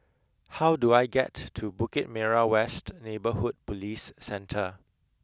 how do I get to Bukit Merah West Neighbourhood Police Centre